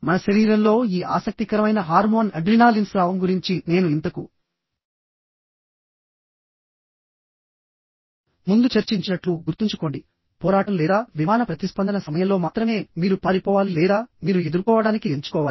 మన శరీరంలో ఈ ఆసక్తికరమైన హార్మోన్ అడ్రినాలిన్ స్రావం గురించి నేను ఇంతకు ముందు చర్చించినట్లు గుర్తుంచుకోండి పోరాటం లేదా విమాన ప్రతిస్పందన సమయంలో మాత్రమే మీరు పారిపోవాలి లేదా మీరు ఎదుర్కోవడానికి ఎంచుకోవాలి